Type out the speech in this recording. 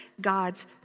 God's